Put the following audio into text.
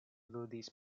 ludis